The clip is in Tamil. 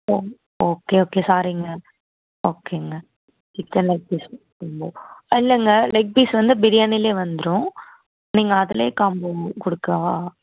ஓகே ஓகே சாரிங்க ஓகேங்க சிக்கன் லெக் பீஸ் இல்லைங்க லெக் பீஸ் வந்து பிரியாணிலேயே வந்துவிடும் நீங்கள் அதுலேயே காம்போ கொடுக்குவா